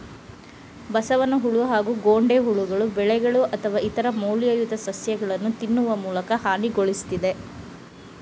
ಬಸವನಹುಳು ಹಾಗೂ ಗೊಂಡೆಹುಳುಗಳು ಬೆಳೆಗಳು ಅಥವಾ ಇತರ ಮೌಲ್ಯಯುತ ಸಸ್ಯಗಳನ್ನು ತಿನ್ನುವ ಮೂಲಕ ಹಾನಿಗೊಳಿಸ್ತದೆ